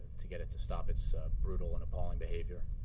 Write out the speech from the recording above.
to get it to stop its brutal and appalling behavior,